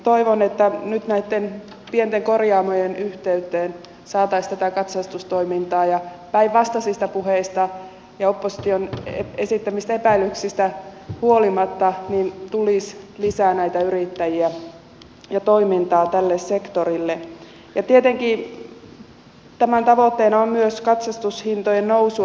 toivon että nyt näitten pienten korjaamojen yhteyteen saataisiin tätä katsastustoimintaa ja päinvastaisista puheista ja opposition esittämistä epäilyksistä huolimatta tulisi lisää näitä yrittäjiä ja toimintaa tälle sektorille ja tietenkin tämän tavoitteena on myös katsastushintojen nousua hillitä